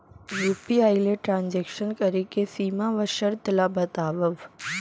UPI ले transaction करे के सीमा व शर्त ला बतावव?